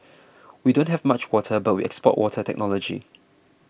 we don't have much water but we export water technology